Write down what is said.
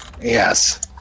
yes